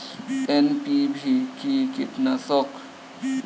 NPV কি কীটনাশক?